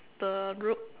the roof